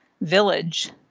village